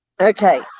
okay